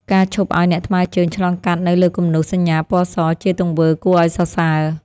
ការឈប់ឱ្យអ្នកថ្មើរជើងឆ្លងកាត់នៅលើគំនូសសញ្ញាពណ៌សជាទង្វើគួរឱ្យសរសើរ។